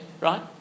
right